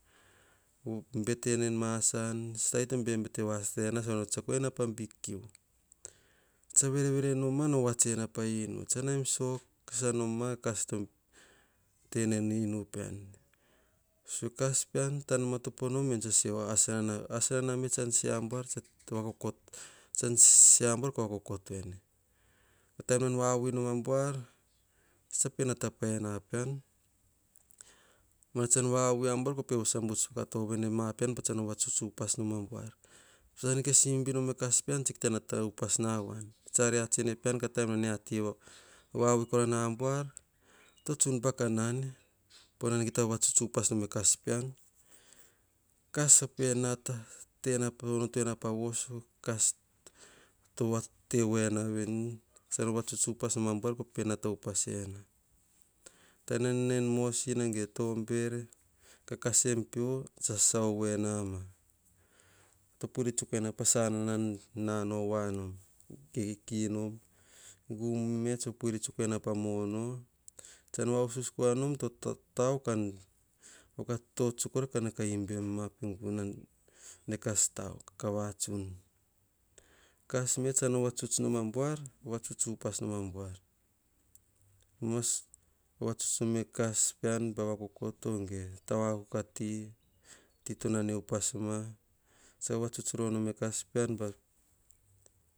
Betena en masa an satai to bebete vava sata ena. Sovano tsetsako ene pa big kiu verever noma no woats ena pa inu. Ma kas to tenor en inu pean. As nana me tsan se abuar kova koko toene. Taim nan vava vui nom abuar tsa pe nata paina pean. Pa tsan vavui na buar tsa pe vabuts vakato ovenema pean. Pa tsan vavatuts upas nom abuar. Kes imbibe nom eh kas pean. Oyia tsakita nata upas na voan tsa reasene pean. Kora na buar to tsun pa kanane panan kita vavatuts upas nom e kas pean kas vape natana. Te onotoena pavoso kas tevoaenavi tsan vavatuts noma buar kope nata ena. Taim nan nao en mosina ge tobere kakasem tsa sasa ovoinama. Puiri puk ene pasanana nan nanao venom, tekinom, gu me tso puiri tsuk ene pamono. Tsan vausu koranom tauo kan vakato ka ibi em ma pe gu ne kas vatsun. Kas me tsan vavatuts upas no abuar vavatuts nome kas poan pava kokoto ge tauo akuk ati. Ti tonene upas ma vavatuts rova nam e kas pean pa